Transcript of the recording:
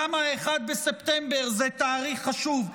למה 1 בספטמבר זה תאריך חשוב?